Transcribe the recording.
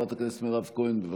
חברת הכנסת מירב כהן, בבקשה.